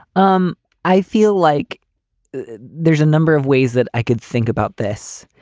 um i feel like there's a number of ways that i could think about this,